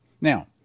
Now